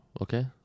okay